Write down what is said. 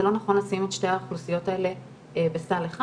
זה לא נכון לשים את שתי האוכלוסיות בסל אחד